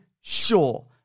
sure